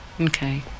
Okay